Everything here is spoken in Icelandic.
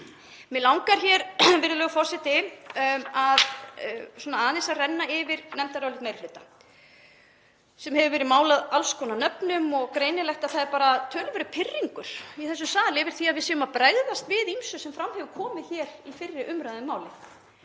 virðulegur forseti, aðeins að renna yfir nefndarálit meiri hluta sem hefur verið kallað alls konar nöfnum og greinilegt að það er bara töluverður pirringur í þessum sal yfir því að við séum að bregðast við ýmsu sem fram hefur komið hér í fyrri umræðu um málið.